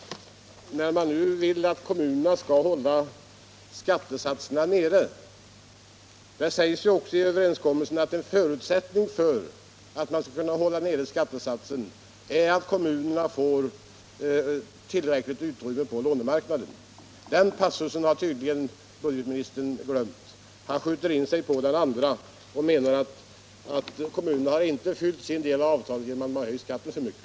Man vill nu alltså att kommunerna skall hålla sina skattesatser på en låg nivå. Det sägs också i överenskommelsen att en förutsättning för att man skall kunna hålla skattesatsen nere är att kommunerna får tillräckligt utrymme på lånemarknaden. Den passusen har budgetministern tydligen glömt. Han ser bara på den andra sidan av överenskommelsen och menar att kommunerna inte har uppfyllt sin del av avtalet, eftersom de höjt skatten för mycket.